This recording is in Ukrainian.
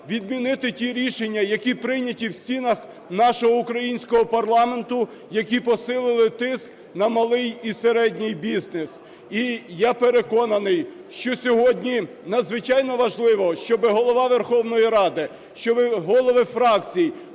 відмінити ті рішення, які прийняті в стінах нашого українського парламенту, які посилили тиск на малий і середній бізнес. І я переконаний, що сьогодні надзвичайно важливо, щоб Голова Верховної Ради, щоб голови фракцій